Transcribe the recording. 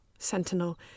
sentinel